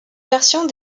versions